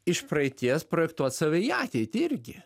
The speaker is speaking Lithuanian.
iš praeities projektuot save į ateitį irgi